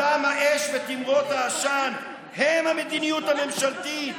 הדם, האש ותימרות העשן הם המדיניות הממשלתית.